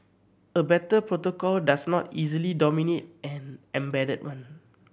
a better protocol does not easily dominate an embedded one